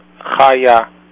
Chaya